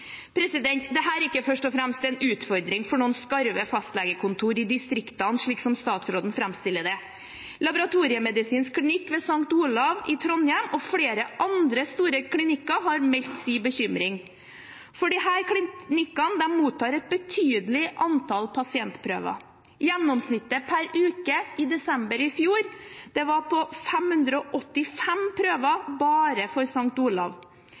er ikke først og fremst en utfordring for noen skarve fastlegekontorer i distriktene, slik statsråden fremstiller det som. Laboratoriemedisinsk klinikk ved St. Olavs Hospital i Trondheim og flere andre store klinikker har meldt sin bekymring, for disse klinikkene mottar et betydelig antall pasientprøver. Gjennomsnittet per uke i desember i fjor var på 585 prøver bare for